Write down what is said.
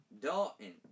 dalton